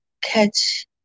catch